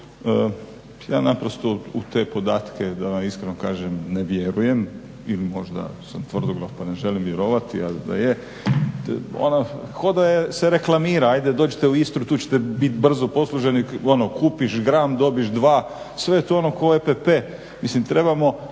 Ja naprosto u te podatke da vam iskreno kažem ne vjerujem ili možda sam tvrdoglav pa ne želim vjerovati da je. Ono ko' da se reklamira hajde dođite u Istru, tu ćete bit brzo posluženi, ono kupiš gram, dobiš dva. Sve je to ono ko EPP. Mislim trebamo